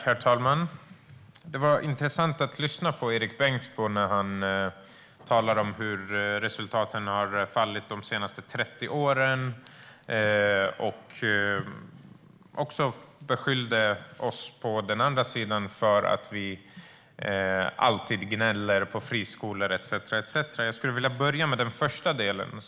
Herr talman! Det var intressant att lyssna på Erik Bengtzboe när han talade om hur resultaten har fallit de senaste 30 åren och också beskyllde oss på den andra sidan för att vi alltid gnäller på friskolor etcetera. Jag skulle vilja börja med den första delen.